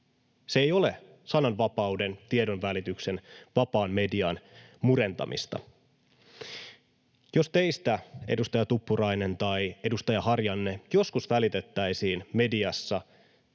Se ei ole sananvapauden, tiedonvälityksen, vapaan median murentamista. Jos teistä, edustaja Tuppurainen tai edustaja Harjanne, joskus välitettäisiin mediassa